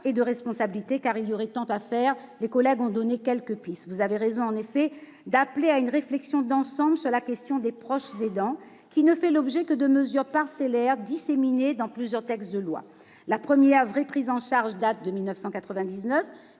et de responsabilité, car il y aurait tant à faire ! Mes collègues ont déjà donné quelques pistes. Vous avez raison d'appeler à une réflexion d'ensemble sur la question des proches aidants, qui ne fait l'objet que de mesures parcellaires disséminées dans plusieurs textes de loi. La première véritable prise en charge de la